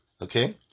Okay